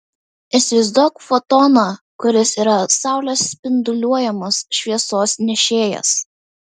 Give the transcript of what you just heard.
įsivaizduok fotoną kuris yra saulės spinduliuojamos šviesos nešėjas